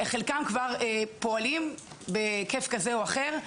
חלקם כבר פועלים בהיקף כזה או אחר,